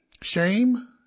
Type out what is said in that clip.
Shame